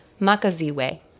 Makaziwe